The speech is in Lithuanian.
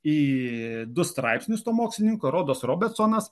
į du straipsnius to mokslininko rodos robertsonas